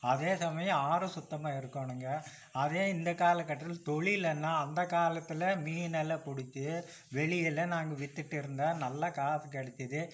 அதே சமயம் ஆறும் சுத்தமாக இருக்கணுங்க அதே இந்த கால கட்டத்தில் தொழிலுனா அந்தக் காலத்தில் மீனெல்லாம் பிடிச்சு வெளியில் நாங்கள் வித்துகிட்டு இருந்தோம் நல்ல காசு கிடச்சுது